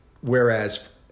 whereas